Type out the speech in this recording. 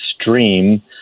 stream